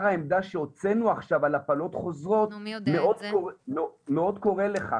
העמדה שהוצאנו עכשיו על הפלות חוזרות מאוד קורא לכך.